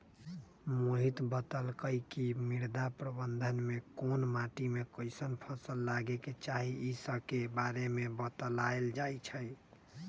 मोहित बतलकई कि मृदा प्रबंधन में कोन माटी में कईसन फसल लगे के चाहि ई स के बारे में बतलाएल जाई छई